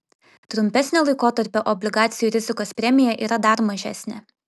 trumpesnio laikotarpio obligacijų rizikos premija yra dar mažesnė